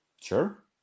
Sure